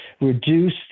reduce